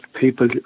people